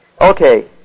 Okay